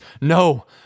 no